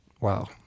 wow